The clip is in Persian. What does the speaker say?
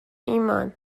ایمان